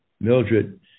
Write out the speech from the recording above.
Mildred